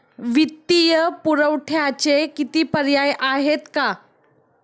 वित्तीय पुरवठ्याचे किती पर्याय आहेत का?